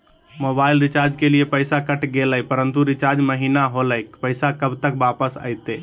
Mobile recharge के लिए पैसा कट गेलैय परंतु रिचार्ज महिना होलैय, पैसा कब तक वापस आयते?